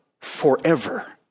forever